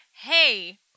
hey